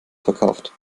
verkauft